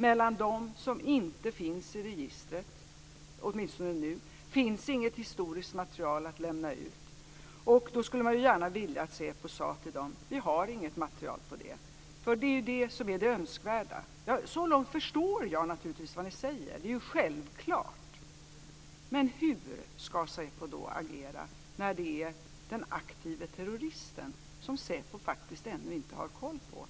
För dem som inte finns i registret, åtminstone inte nu, finns det inget historiskt material att lämna ut. Då skulle man ju gärna vilja att säpo sade till dem: Vi har inget material på er. Det är ju det som är det önskvärda. Så långt förstår jag naturligtvis vad ni säger. Det är ju självklart. Men hur ska säpo då agera när det gäller den aktive terroristen som säpo faktiskt ännu inte har koll på?